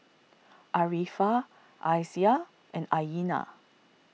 Arifa Aisyah and Aina